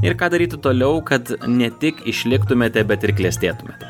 ir ką daryti toliau kad ne tik išliktumėte bet ir klestėtumėte